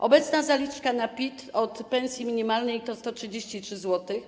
Obecna zaliczka na PIT od pensji minimalnej to 133 zł.